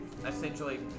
Essentially